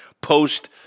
post